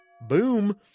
Boom